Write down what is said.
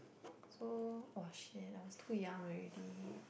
so oh shit I was too young already